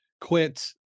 quit